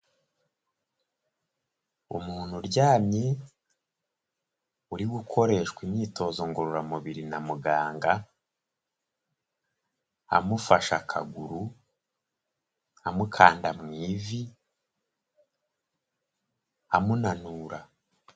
Umuntu uryamye, uri gukoreshwa imyitozo ngororamubiri na muganga, amufashe akaguru, amukanda mu ivi, amunanura.